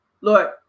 Lord